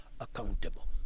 accountable